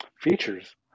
features